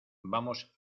vamos